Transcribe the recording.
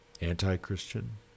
anti-Christian